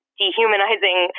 dehumanizing